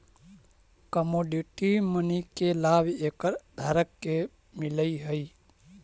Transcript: commodity money के लाभ एकर धारक के मिलऽ हई